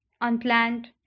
unplanned